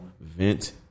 vent